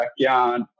backyard